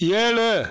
ஏழு